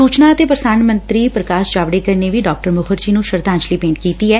ਸੁਚਨਾ ਅਤੇ ਪ੍ਰਸਾਰਣ ਮੰਤਰੀ ਪ੍ਰਕਾਸ਼ ਜਾਵੜੇਕਰ ਨੇ ਵੀ ਡਾ ਮੁਖਰਜੀ ਨੂੰ ਸ਼ਰਧਾਜਲੀ ਭੇਟ ਕੀਤੀ ਐ